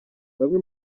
bamwe